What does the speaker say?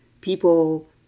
people